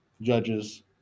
judges